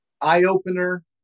Eye-opener